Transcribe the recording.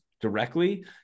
directly